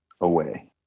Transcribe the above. away